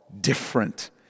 different